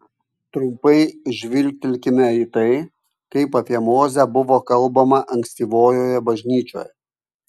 trumpai žvilgtelkime į tai kaip apie mozę buvo kalbama ankstyvojoje bažnyčioje